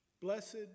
Blessed